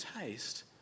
taste